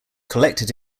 collected